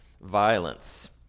violence